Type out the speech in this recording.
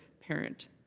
parent